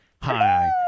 hi